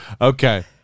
Okay